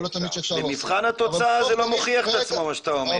יכול תמיד --- במבחן התוצאה זה לא מוכיח את עצמו מה שאתה אומר.